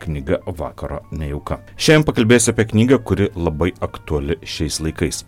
knyga vakaro nejauka šiandien pakalbėsiu apie knygą kuri labai aktuali šiais laikais